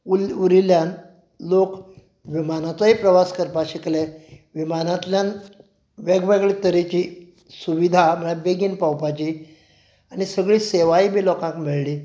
उरिल्ल्यान लोक विमानाचोय प्रवास करपा शिकले विमानांतल्यान वेगळ्यावेगळ्या तरेची सुविधा म्हळ्या बेगीन पावपाची आनी सगळी सेवाय बी लोकांक मेळ्ळी